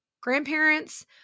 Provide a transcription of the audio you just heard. grandparents